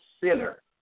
sinner